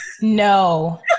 No